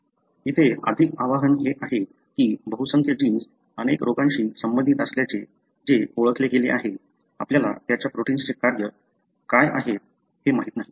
येथे अधिक आव्हान हे आहे की बहुसंख्य जीन्स अनेक रोगांशी संबंधित असल्याचे जे ओळखले गेले आहे आपल्याला त्याच्या प्रोटिन्सचे काय कार्य आहे हे माहित नाही